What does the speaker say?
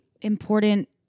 important